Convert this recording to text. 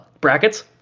brackets